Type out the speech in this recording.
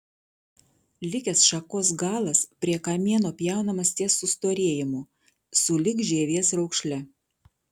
likęs šakos galas prie kamieno pjaunamas ties sustorėjimu sulig žievės raukšle